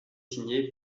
signé